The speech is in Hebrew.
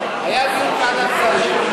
היה אישור ועדת שרים,